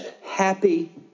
happy